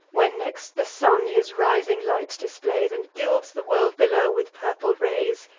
when next the sun his rising light displays, and gilds the world below with purple rays,